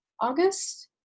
August